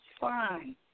fine